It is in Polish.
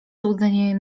złudzenie